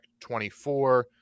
24